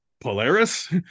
Polaris